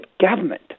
government